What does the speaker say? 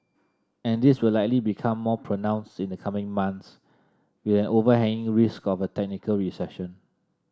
and this will likely become more pronounced in the coming months with an overhanging risk of a technical recession